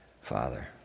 Father